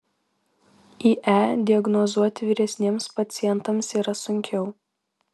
ie diagnozuoti vyresniems pacientams yra sunkiau